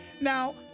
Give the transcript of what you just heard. Now